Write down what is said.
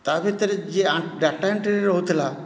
ତା' ଭିତରେ ଯିଏ ଡାଟା ଏଣ୍ଟ୍ରିରେ ରହୁଥିଲା